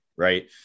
right